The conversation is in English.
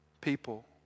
People